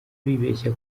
bibeshya